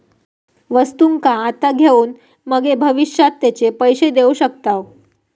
वस्तुंका आता घेऊन मगे भविष्यात तेचे पैशे देऊ शकताव